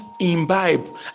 imbibe